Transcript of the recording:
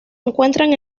encuentran